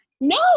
No